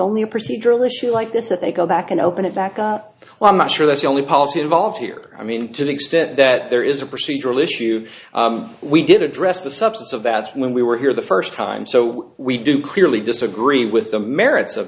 only a procedural issue like this that they go back and open it back up well i'm not sure that's the only policy involved here i mean to the extent that there is a procedural issue we did address the substance of that when we were here the first time so we do clearly disagree with the merits of